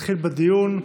נתחיל בדיון.